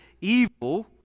evil